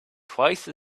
twice